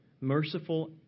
merciful